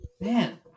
man